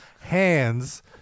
hands